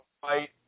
fight